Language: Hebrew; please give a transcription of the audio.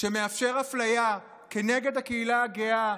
שמאפשר אפליה כנגד הקהילה הגאה,